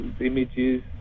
images